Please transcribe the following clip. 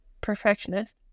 Perfectionist